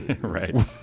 right